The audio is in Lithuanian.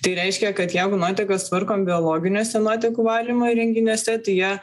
tai reiškia kad jeigu nuotekas tvarkom biologiniuose nuotekų valymo įrenginiuose tai jie